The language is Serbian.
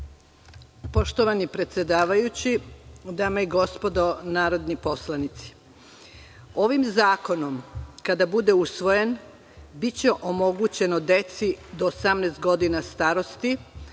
Poštovani predsedavajući, dame i gospodo narodni poslanici, ovim zakonom kada bude usvojen biće omogućeno deci do 18 godina starosti,